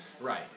right